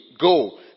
go